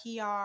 PR